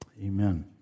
Amen